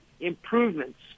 improvements